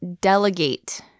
delegate